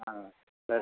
ஆ சரி